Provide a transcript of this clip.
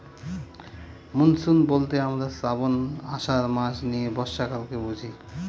monsoon বলতে আমরা শ্রাবন, আষাঢ় মাস নিয়ে বর্ষাকালকে বুঝি